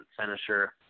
finisher